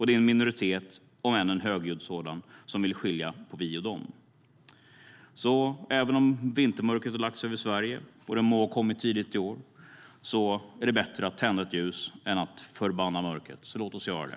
Det är en minoritet, om än en högljudd sådan, som vill skilja på vi och de. Även om vintermörkret har lagt sig över Sverige, och det må ha kommit tidigt i år, är det bättre att tända ett ljus än att förbanna mörkret. Låt oss göra det.